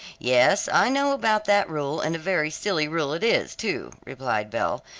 yes, i know about that rule, and a very silly rule it is, too, replied belle,